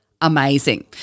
amazing